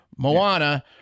Moana